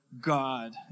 God